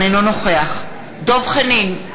אינו נוכח דב חנין,